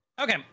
Okay